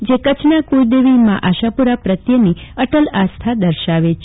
જે કચ્છના કુળદેવી મા આશાપુરા પ્રત્યેની અટલ આસ્થા દર્શાવે છે